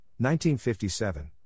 1957